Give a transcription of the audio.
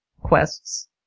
quests